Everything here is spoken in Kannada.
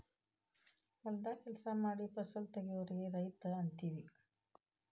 ಹೊಲದಾಗ ಕೆಲಸಾ ಮಾಡಿ ಫಸಲ ತಗಿಯೋರಿಗೆ ರೈತ ಅಂತೆವಿ